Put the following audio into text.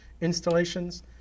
installations